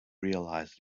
realise